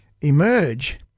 emerge